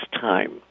time